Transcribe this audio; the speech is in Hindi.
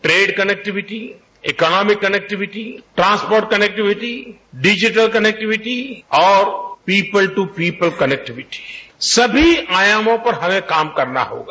trade connectivity economic connectivity transport connectivity digital connectivity और पीपुल दू पीपल कनेक्टिविटी सभी आयामों पर हमें काम करना होगा